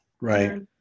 Right